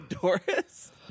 Doris